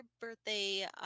Birthday